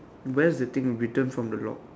where is the thing written from the lock